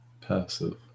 passive